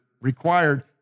required